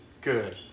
Good